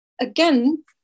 again